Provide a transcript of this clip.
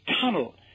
tunnel